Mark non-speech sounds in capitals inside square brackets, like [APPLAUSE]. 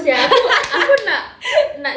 [LAUGHS]